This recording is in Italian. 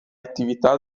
attività